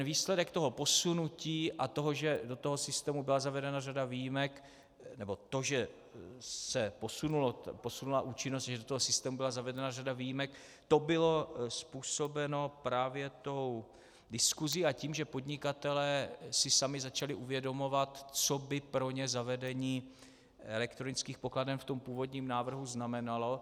Výsledek toho posunutí a toho, že do toho systému byla zavedena řada výjimek nebo to, že se posunula účinnost a že do toho systému byla zavedena řada výjimek, to bylo způsobeno právě tou diskusí a tím, že podnikatelé si sami začali uvědomovat, co by pro ně zavedení elektronických pokladen v tom původním návrhu znamenalo.